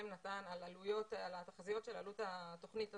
נתן על התחזיות של עלות התוכית הזאת,